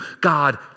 God